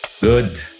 Good